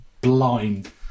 blind